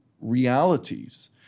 realities